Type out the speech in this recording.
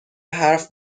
حرف